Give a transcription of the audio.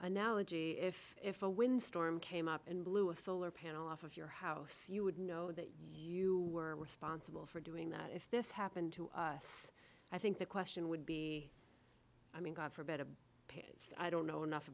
analogy if if a wind storm came up and blew a solar panel off of your house you would know that you were responsible for doing that if this happened to us i think the question would be i mean god forbid a pitts i don't know enough